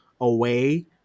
away